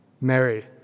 Mary